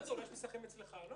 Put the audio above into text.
אולי יש מסמכים אצלך.